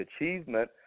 achievement